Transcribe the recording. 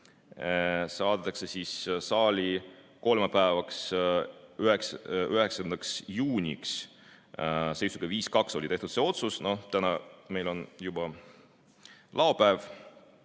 saadetakse saali kolmapäevaks, 9. juuniks. Seisuga 5 : 2 tehti see otsus. Täna meil on juba laupäev.